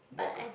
mocha